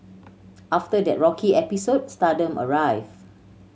after that rocky episode stardom arrived